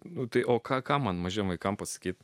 nu tai o ką man mažiems vaikams pasakyti